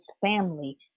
family